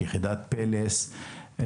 יחידת פלס,